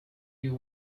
you